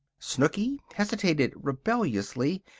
snooky hesitated rebelliously,